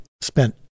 spent